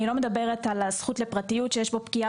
אני לא מדברת על הזכות לפרטיות שיש בה פגיעה